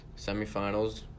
semifinals